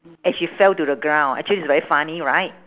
and she fell to the ground actually is very funny right